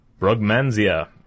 Brugmansia